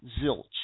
zilch